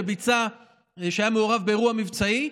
שהיה מעורב באירוע מבצעי,